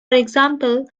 example